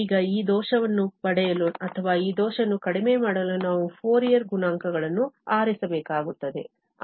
ಈಗ ಈ ದೋಷವನ್ನು ಪಡೆಯಲು ಅಥವಾ ಈ ದೋಷವನ್ನು ಕಡಿಮೆ ಮಾಡಲು ನಾವು ಫೋರಿಯರ್ ಗುಣಾಂಕಗಳನ್ನು ಆರಿಸಬೇಕಾಗುತ್ತದೆ